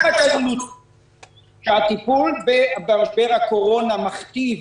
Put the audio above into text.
הטיפול במשבר הקורונה מכתיב,